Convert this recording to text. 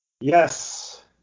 Yes